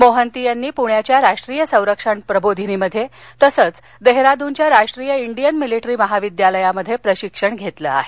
मोहंती यांनी पूण्याच्या राष्ट्रीय संरक्षण प्रबोधिनी तसच देहरादून च्या राष्ट्रीय इंडियन मिलिट्री महाविद्यालयात प्रशिक्षण घेतलं आहे